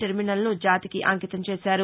terminal ను జాతికి అంకితం చేశారు